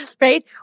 right